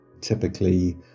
typically